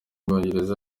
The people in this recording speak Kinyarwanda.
bwongereza